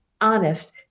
honest